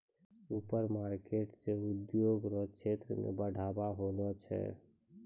supermarket से उद्योग रो क्षेत्र मे बढ़ाबा होलो छै